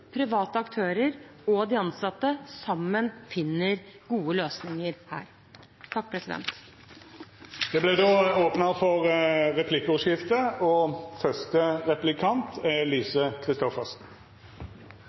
private aktører og de ansatte sammen finner gode løsninger her. Det vert replikkordskifte.